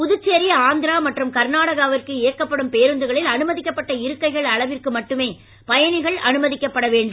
புதுச்சேரி ஆந்திரா மற்றும் கர்நாடகாவிற்கு இயக்கப்படும் பேருந்துகளில் அனுமதிக்கப்பட்ட இருக்கைகள் அளவிற்கு மட்டுமே பயணிகள் அனுமதிக்கப்பட வேண்டும்